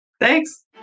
Thanks